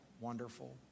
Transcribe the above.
wonderful